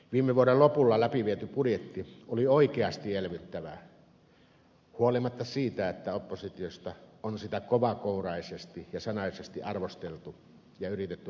viime vuoden lopulla läpiviety budjetti oli oikeasti elvyttävä huolimatta siitä että oppositiosta on sitä kovakouraisesti ja sanaisesti arvosteltu ja yritetty ampua alas